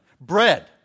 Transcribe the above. Bread